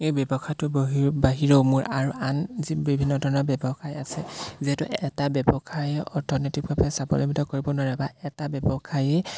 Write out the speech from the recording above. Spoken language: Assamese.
এই ব্যৱসায়টো বাহিৰেও মোৰ আৰু আন যি বিভিন্ন ধৰণৰ ব্যৱসায় আছে যিহেতু এটা ব্যৱসায়ে অৰ্থনৈতিকভাৱে স্বাৱলম্বিত কৰিব নোৱাৰে বা এটা ব্যৱসায়েই